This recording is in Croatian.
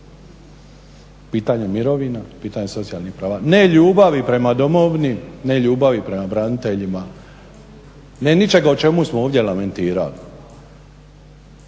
pitanje mirovina, pitanja socijalnih prava, ne ljubavi prema domovini, ne ljubavi prema braniteljima, ne ničega o čemu smo ovdje lamentirali.